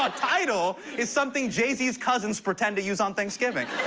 on. tidal is something jay-z's cousins pretend to use on thanksgiving.